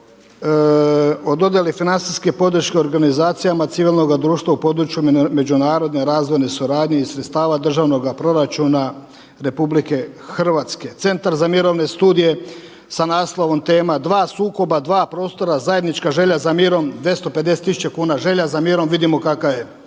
o dojeli financijske podrške organizacijama civilnoga društava u području međunarodne razvojne suradnje iz sredstava državnoga proračuna RH. Centar za mirovne studije sa naslovom tema „Dva sukoba, dva prostora, zajednička želja za mirom“ 250 tisuća kuna. Želja za mirom vidimo kakva je.